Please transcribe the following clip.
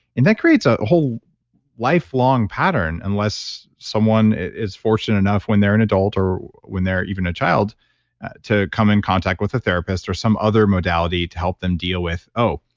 that creates a whole lifelong pattern unless someone is fortunate enough when they're an adult, or when they're even a child to come in contact with a therapist or some other modality to help them deal with oh,